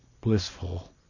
blissful